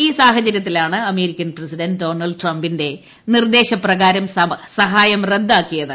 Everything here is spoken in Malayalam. ഈ സാഹചര്യത്തിലാണ് അമേരിക്കൻ പ്രസിഡന്റ് ഡൊണാൾഡ് ട്രംപിന്റെ നിർദ്ദേശ പ്രകാരം സഹായം റദ്ദാക്കിയത്